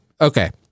Okay